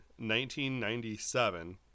1997